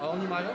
A oni mają?